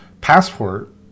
passport